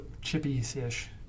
chippy-ish